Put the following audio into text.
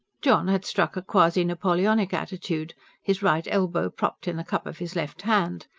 john had struck a quasi-napoleonic attitude his right elbow propped in the cup of his left hand,